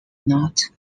not